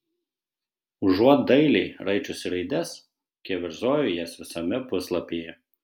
užuot dailiai raičiusi raides keverzoju jas visame puslapyje